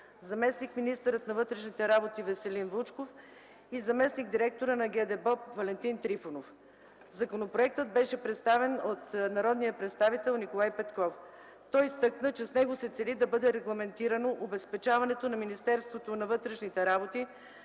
заместник министърът на вътрешните работи Веселин Вучков и заместник-директорът на ГДБОП Валентин Трифонов. Законопроектът беше представен от народния представител Николай Петков. Той изтъкна, че с него се цели да бъде регламентирано обезпечаването на Министерството на вътрешните работи